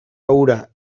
hura